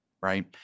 right